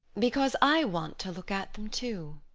because i want to look at them, too.